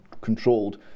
controlled